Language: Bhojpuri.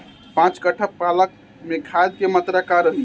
पाँच कट्ठा पालक में खाद के मात्रा का रही?